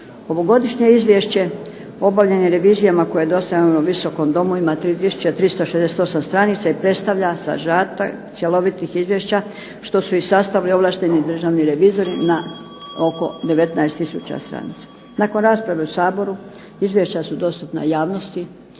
Ovogodišnje izvješće obavljeno je revizijama koje je dostavljeno ovom Visokom domu ima 3 tisuće 368 stranica i predstavlja sažetak cjelovitih izvješća što su ih sastavili ovlašteni državni revizori na oko 19 tisuća stranica. Nakon rasprave u Saboru izvješća su dostupna javnosti